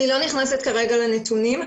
אני לא נכנסת כרגע לנתונים,